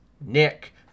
Nick